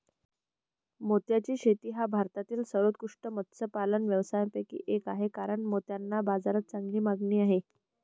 मोत्याची शेती हा भारतातील सर्वोत्कृष्ट मत्स्यपालन व्यवसायांपैकी एक आहे कारण मोत्यांना बाजारात चांगली मागणी आहे